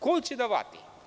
Ko će da vrati?